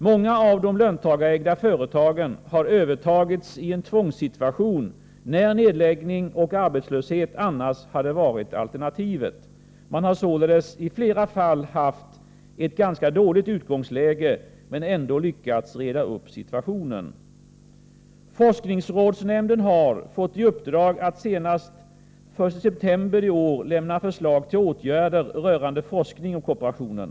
Många av de löntagarägda företagen har övertagits i en tvångssituation när nedläggning och arbetslöshet annars hade varit alternativet. Man har således i flera fall haft ett ganska dåligt utgångsläge, men ändå lyckats reda upp situationen. Forskningsrådsnämnden har fått i uppdrag att senast den 1 september 1984 lämna förslag till åtgärder rörande forskning om kooperationen.